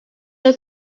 you